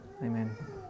Amen